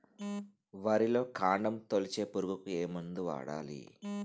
వరిలో కాండము తొలిచే పురుగుకు ఏ మందు వాడాలి?